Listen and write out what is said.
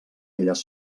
elles